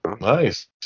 Nice